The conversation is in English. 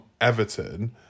Everton